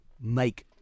make